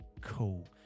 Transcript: cool